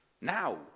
now